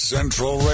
Central